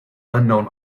unknown